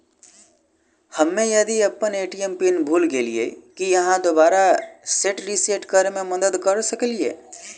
हम्मे यदि अप्पन ए.टी.एम पिन भूल गेलियै, की अहाँ दोबारा सेट रिसेट करैमे मदद करऽ सकलिये?